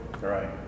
Right